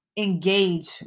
engage